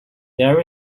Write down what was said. there